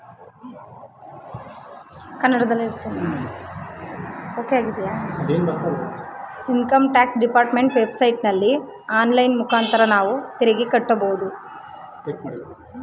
income tax department web ಸೈಟಲ್ಲಿ online ಮುಖಾಂತರ ನಾವು ತೆರಿಗೆ ಕಟ್ಟಬೋದು